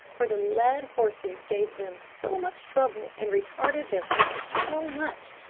for the led horses gave them so much trouble, and retarded their flight so much,